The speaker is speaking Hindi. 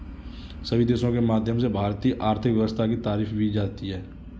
सभी देशों के माध्यम से भारतीय आर्थिक व्यवस्था की तारीफ भी की जाती है